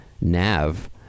Nav